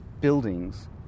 buildings